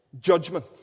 judgment